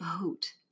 boat